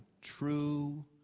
true